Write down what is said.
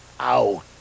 out